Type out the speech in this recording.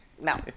No